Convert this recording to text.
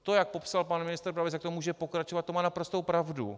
To, jak popsal pan ministr Brabec, tak to může pokračovat, to má naprostou pravdu.